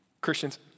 Christians